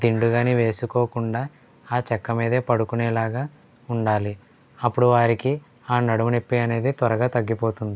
దిండు కానీ వేసుకోకుండా ఆ చెక్క మీదే పడుకునేలాగా ఉండాలి అప్పుడు వారికి ఆ నడుము నొప్పి అనేది త్వరగా తగ్గిపోతుంది